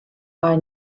are